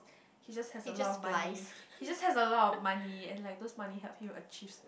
he just has a lot of money he just has a lot of money and like those money help him achieve